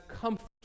comfort